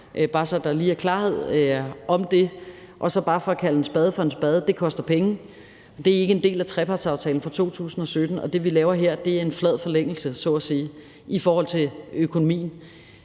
bare så der lige er klarhed om det. Og så bare for at kalde en spade for en spade: Det koster penge. Det er ikke en del af trepartsaftalen fra 2017, og det, vi laver her, er en flad forlængelse så at sige i forhold til økonomien.